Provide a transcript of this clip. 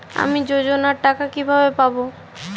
আমি যোজনার টাকা কিভাবে পাবো?